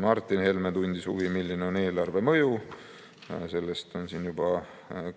Martin Helme tundis huvi, milline on eelarvemõju. Sellest on siin juba